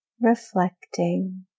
reflecting